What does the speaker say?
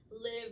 live